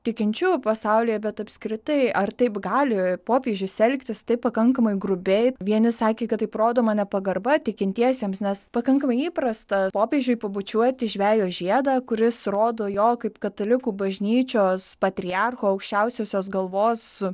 tikinčiųjų pasaulyje bet apskritai ar taip gali popiežius elgtis taip pakankamai grubiai vieni sakė kad taip rodoma nepagarba tikintiesiems nes pakankamai įprasta popiežiui pabučiuoti žvejo žiedą kuris rodo jo kaip katalikų bažnyčios patriarcho aukščiausiosios galvos su